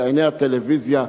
לעיני הטלוויזיה,